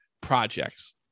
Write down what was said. projects